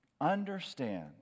understand